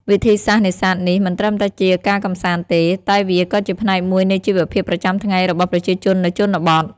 វិធីសាស្រ្តនេសាទនេះមិនត្រឹមតែជាការកម្សាន្តទេ តែវាក៏ជាផ្នែកមួយនៃជីវភាពប្រចាំថ្ងៃរបស់ប្រជាជននៅជនបទ។